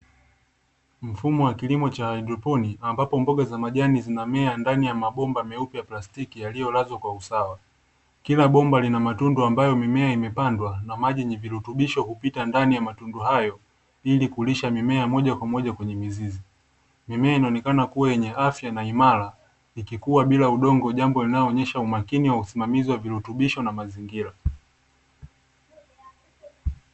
Mfumo wa kilimo cha hadroponi ambapo mboga za majani zinamea ndani ya mabomba meupe ya plastiki yaliyolazwa kwa usawa kila bomba lina matundu ambayo mimea imepandwa na maji ni virutubisho kupita ndani ya matundu hayo ili kulisha mimea moja kwa moja kwenye afya na imara ikikuwa bila udongo jambo linaonyesha umakini wa usimamizi wa virutubisho na mazingira